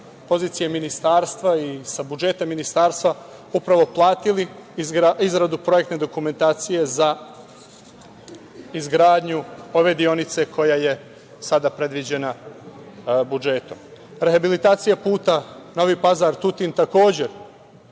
pozicije ministarstva i sa budžeta ministarstva upravo platili izgradnju projektne dokumentacije za izgradnju ove deonice koja je sada predviđena budžetom. Rehabilitacija puta Novi Pazar-Tutin takođe